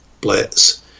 Blitz